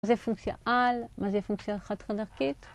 מה זה פונקציה על? מה זה פונקציה חד חד ערכית?